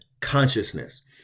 consciousness